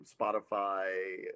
Spotify